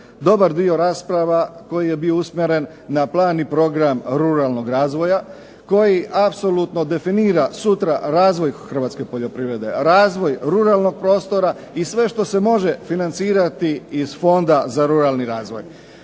onaj dio rasprava koji je bio usmjeren na plani i program ruralnog razvoja koji apsolutno definira sutra razvoj Hrvatske poljoprivrede, razvoj ruralnog prostora i sve što se može financirati iz Fonda za ruralni razvoj.